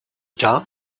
darm